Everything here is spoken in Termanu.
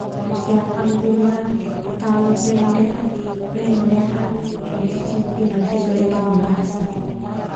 Persiapkan buah, taon lo blender ah, blender ah no cicipin no sesuaikan no rasa.